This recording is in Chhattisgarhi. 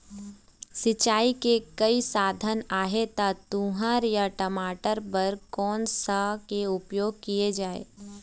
सिचाई के कई साधन आहे ता तुंहर या टमाटर बार कोन सा के उपयोग किए जाए?